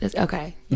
okay